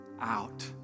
out